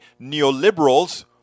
neoliberals